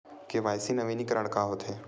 KYC नवीनीकरण का होथे?